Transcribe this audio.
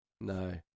No